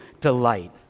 delight